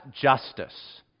justice